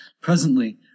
Presently